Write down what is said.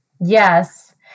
yes